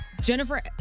Jennifer